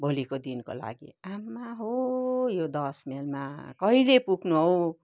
भोलिको दिनको लागि आम्मा हो यो दस माइलमा कहिले पुग्नु हौ